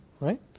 Right